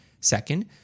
Second